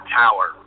tower